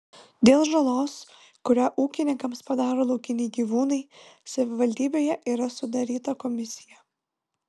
dėl žalos kurią ūkininkams padaro laukiniai gyvūnai savivaldybėje yra sudaryta komisija